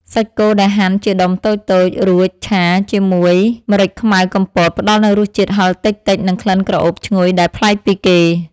សាច់គោដែលហាន់ជាដុំតូចៗរួចឆាជាមួយម្រេចខ្មៅកំពតផ្តល់នូវរសជាតិហឹរតិចៗនិងក្លិនក្រអូបឈ្ងុយដែលប្លែកពីគេ។